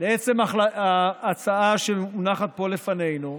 לעצם ההצעה שמונחת פה לפנינו,